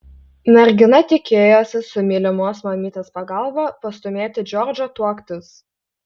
mergina tikėjosi su mylimos mamytės pagalba pastūmėti džordžą tuoktis